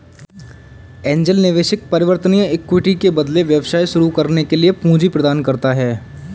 angel निवेशक परिवर्तनीय equity के बदले व्यवसाय शुरू करने के लिए पूंजी प्रदान करता है